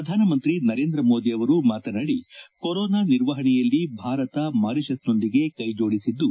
ಪ್ರಧಾನಮಂತ್ರಿ ನರೇಂದ್ರ ಮೋದಿ ಮಾತನಾಡಿ ಕೊರೋನಾ ನಿರ್ವಹಣೆಯಲ್ಲಿ ಭಾರತ ಮಾರಿಷಸ್ನೊಂದಿಗೆ ಕ್ಷೆ ಜೋಡಿಸಿದ್ದು